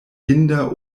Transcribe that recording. hinda